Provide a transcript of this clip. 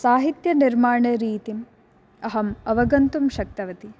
साहित्यनिर्माणरीतिम् अहं अवगन्तुं शक्तवती